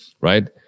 right